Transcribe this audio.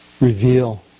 reveal